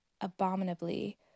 abominably